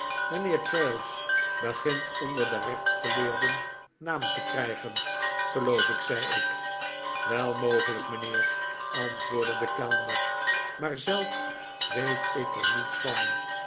mijnheer traddles begint onder de rechtsgeleerden naam te krijgen geloof ik zei ik wel mogelijk mijnheer antwoordde de kellner maar zelf weet ik er niets van